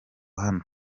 hano